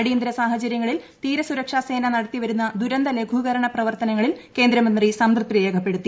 അടിയന്തര സാഹചരൃങ്ങളിൽ തീരസൂരക്ഷാ സേന നടത്തിവരുന്ന ദുരന്ത ലഘൂകരണ പ്രവർത്തനങ്ങളിൽ കേന്ദ്രമന്ത്രി സംതൃപ്തിരേഖപ്പെടുത്തി